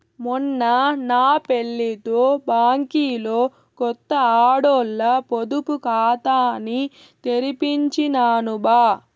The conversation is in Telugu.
మొన్న నా పెళ్లితో బ్యాంకిలో కొత్త ఆడోల్ల పొదుపు కాతాని తెరిపించినాను బా